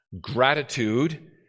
gratitude